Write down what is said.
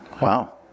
Wow